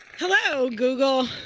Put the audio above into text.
hello, google.